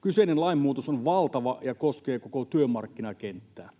Kyseinen lainmuutos on valtava ja koskee koko työmarkkinakenttää.